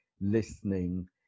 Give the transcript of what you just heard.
listening